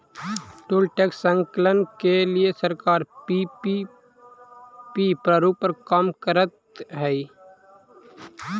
toll tax संकलन के लिए सरकार पीपीपी प्रारूप पर काम करऽ हई